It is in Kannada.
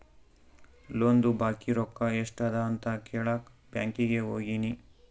ಲೋನ್ದು ಬಾಕಿ ರೊಕ್ಕಾ ಎಸ್ಟ್ ಅದ ಅಂತ ಕೆಳಾಕ್ ಬ್ಯಾಂಕೀಗಿ ಹೋಗಿನಿ